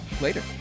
later